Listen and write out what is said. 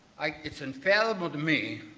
it's unfathomable to me,